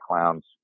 clowns